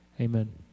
amen